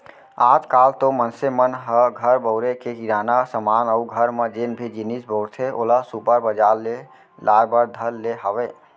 आज काल तो मनसे मन ह घर बउरे के किराना समान अउ घर म जेन भी जिनिस बउरथे ओला सुपर बजार ले लाय बर धर ले हावय